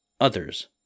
others